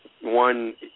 one